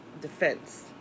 defense